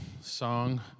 song